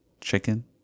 chicken